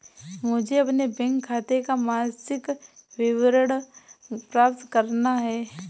मुझे अपने बैंक खाते का मासिक विवरण प्राप्त करना है?